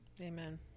Amen